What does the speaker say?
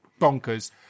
bonkers